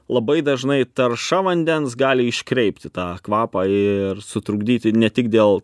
labai dažnai tarša vandens gali iškreipti tą kvapą ir sutrukdyti ne tik dėl